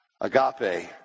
agape